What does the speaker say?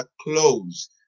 close